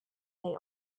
they